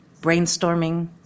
brainstorming